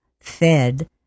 Fed